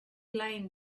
lane